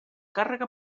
càrrega